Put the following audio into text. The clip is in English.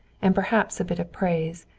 and perhaps a bit of praise.